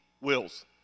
wills